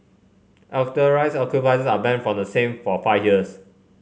authorised occupiers are banned from the same for five years